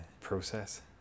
process